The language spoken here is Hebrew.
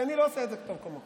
כי אני לא עושה את זה טוב כמוך.